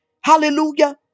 hallelujah